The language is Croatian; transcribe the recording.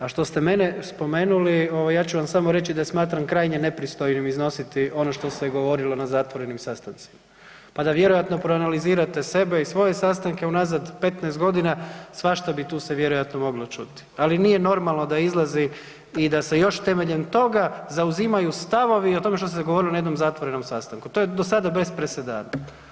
A što ste mene spomenuli, ja ću vam samo reći da smatram krajnje nepristojnim iznositi ono što se govorili na zatvorenim sastancima pa da vjerojatno proanalizirate sebe i svoje sastanke unazad 15 godina, svašta bi tu vjerojatno moglo čuti, ali nije normalno da izlazi i da se još temeljem toga zauzimanju stavovi o tome što se govorilo na jednom zatvorenom sastanku, to je do sada, bez presedana.